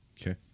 Okay